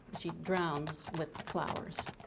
she drowns with flowers.